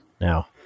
Now